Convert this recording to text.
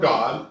God